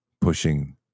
pushing